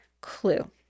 clue